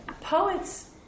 Poets